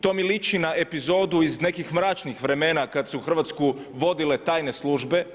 To mi liči na epizodu iz nekih mračnih vremena kad su Hrvatsku vodile tajne službe.